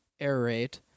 aerate